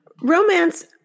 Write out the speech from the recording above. romance